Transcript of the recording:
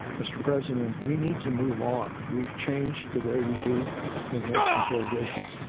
mr. president, we need to move on. we've changed the way we do enhanced interrogation,